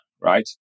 right